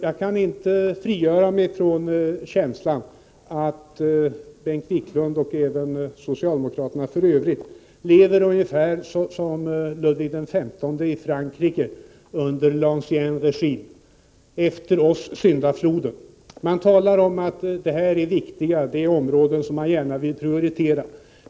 Jag kan inte frigöra mig från känslan att Bengt Wiklund, och även socialdemokraterna för övrigt, i viss mån lever efter det motto som Ludvig XV under l'ancien régime i Frankrike hade: Efter oss syndafloden. Man talar om att det här gäller viktiga områden, som man vill prioritera.